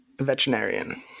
veterinarian